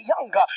younger